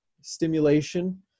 stimulation